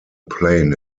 plane